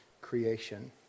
creation